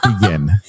begin